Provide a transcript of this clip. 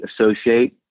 associate